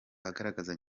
agaragaza